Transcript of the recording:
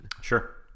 Sure